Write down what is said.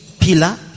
pillar